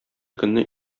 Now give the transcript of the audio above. көнне